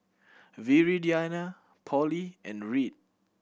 Viridiana Polly and Reid